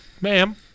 Ma'am